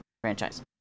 franchise